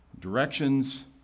directions